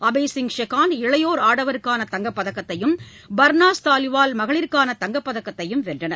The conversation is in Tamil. அபய்சிங் ஷெகான் இளையோா் ஆடவருக்கான தங்கப் பதக்கத்தையும் பா்னாஸ் தாலிவால் மகளிருக்கான தங்கப் பதக்கத்தையும் வென்றனர்